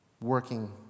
working